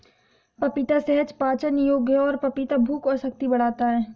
पपीता सहज पाचन योग्य है और पपीता भूख और शक्ति बढ़ाता है